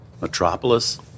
Metropolis